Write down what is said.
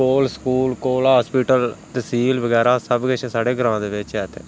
कोल स्कूल कोल हॉस्पिटल तसील बगैर सब किश साढ़े ग्रांऽ दे बिच्च ऐ इत्थें